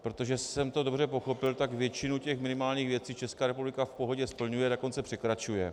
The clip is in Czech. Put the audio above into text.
Protože jestli jsem to dobře pochopil, tak většinu těch minimálních věcí Česká republika v pohodě splňuje, dokonce překračuje.